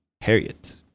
Harriet